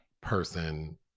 person